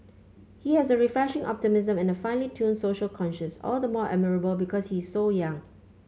he has a refreshing optimism and a finely tuned social conscience all the more admirable because he is so young